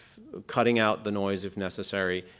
cutting out the noise if necessary,